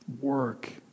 Work